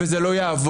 וזה לא יעבור.